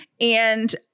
And-